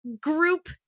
group